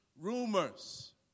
rumors